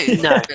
No